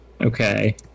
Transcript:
Okay